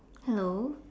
hello